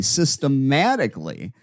systematically